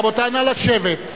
רבותי, נא לשבת.